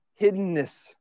hiddenness